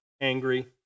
angry